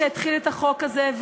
שהתחיל את החוק הזה,